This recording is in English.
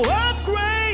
upgrade